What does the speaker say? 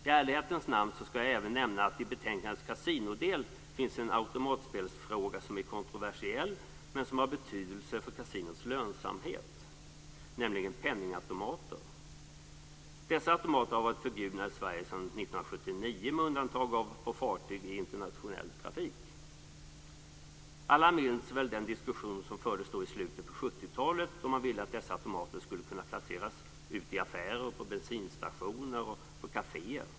I ärlighetens namn skall jag även nämna att det i betänkandets kasinodel finns en automatspelsfråga som är kontroversiell men som har betydelse för kasinots lönsamhet, nämligen penningautomaterna. Dessa automater har varit förbjudna i Sverige sedan 1979, med undantag av på fartyg i internationell trafik. Alla minns väl den diskussion som fördes i slutet av 70-talet. Man ville att dessa automater skulle kunna placeras ut i affärer, på bensinstationer och på kaféer.